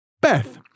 Beth